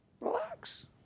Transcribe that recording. Relax